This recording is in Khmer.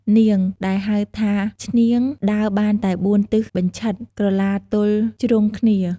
នាង ដែលហៅថាឈ្នាង ដើរបានតែ ៤ទិសបញ្ឆិត ក្រឡាទល់ជ្រុងគ្នា។